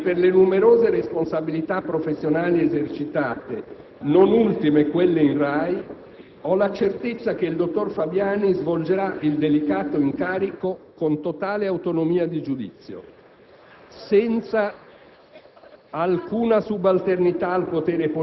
Per la sua storia personale e per le numerose responsabilità professionali esercitate, non ultime quelle in RAI, ho la certezza che il dottor Fabiani svolgerà il delicato incarico con totale autonomia di giudizio, senza